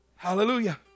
Hallelujah